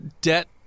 debt